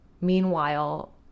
meanwhile